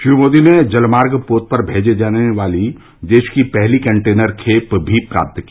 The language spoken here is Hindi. श्री मोदी ने जलमार्ग पोत पर मेजी जाने वाली देश की पहली कंटेनर खेप भी प्राप्त की